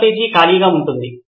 క్రొత్త పేజీ ఖాళీగా ఉంటుంది